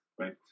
Right